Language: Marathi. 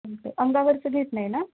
तुमचं अंगावरचं घेत नाही ना